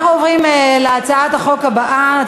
עוברים להצעת החוק הבאה,